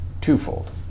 twofold